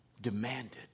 Demanded